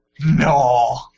No